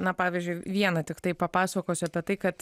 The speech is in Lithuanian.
na pavyzdžiui vieną tiktai papasakosiu apie tai kad